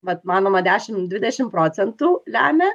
vat manoma dešim dvidešim procentų lemia